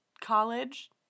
college